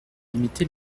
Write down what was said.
limiter